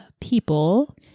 people